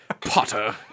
Potter